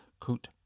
Kut